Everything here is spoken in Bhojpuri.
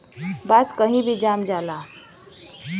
बांस कही भी जाम जाला